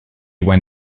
when